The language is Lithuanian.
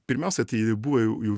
pirmiausia tai buvo jau jau